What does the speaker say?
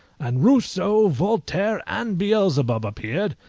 and rousseau, voltaire, and beelzebub appeared,